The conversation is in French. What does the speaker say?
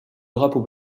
drapeau